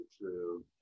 true